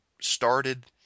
started